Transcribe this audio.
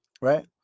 right